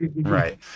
Right